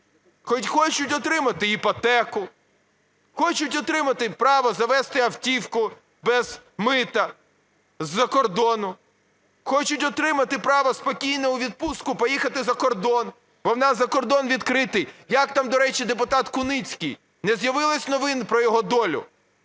хочуть отримати іпотеку, хочуть отримати право завести автівку без мита, з-за кордону, хочуть отримати право спокійно у відпустку поїхати за кордон, бо у нас кордон відкритий. Як там, до речі, депутат Куницький? Не з'явилися новини про його долю?